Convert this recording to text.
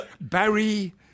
Barry –